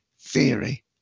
Theory